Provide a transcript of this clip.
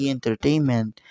Entertainment